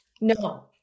No